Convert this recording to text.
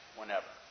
whenever